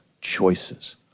choices